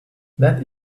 that